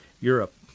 Europe